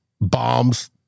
bombs